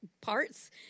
parts